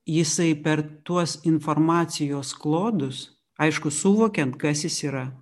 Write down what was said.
jisai per tuos informacijos klodus aišku suvokian kas jis yra